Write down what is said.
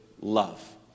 love